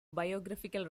biographical